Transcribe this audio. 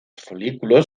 folículos